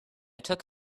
took